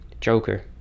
Joker